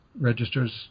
registers